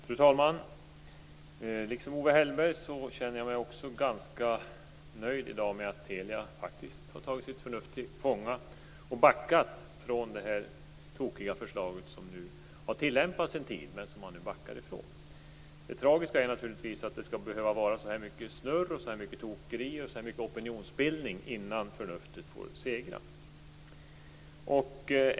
Fru talman! Liksom Owe Hellberg känner jag mig i dag ganska nöjd med att Telia faktiskt har tagit sitt förnuft till fånga och backat från det tokiga förslag som nu har tillämpats en tid. Det tragiska är naturligtvis att det skall behöva vara så här mycket snurr, tokerier och opinionsbildning innan förnuftet får segra.